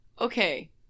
okay